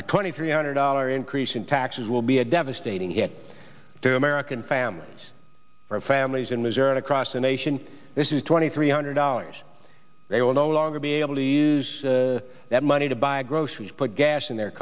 a twenty three hundred dollar increase in taxes will be a devastating hit the american families for families in missouri and across the nation this is twenty three hundred dollars they will no longer be able to use that money to buy groceries put gas in their